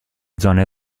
zone